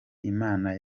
imana